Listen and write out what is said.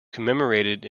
commemorated